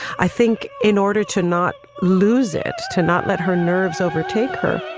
i think in order to not lose it to not let her nerves overtake her.